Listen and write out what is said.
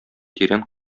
тирән